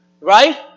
Right